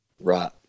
Right